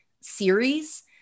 series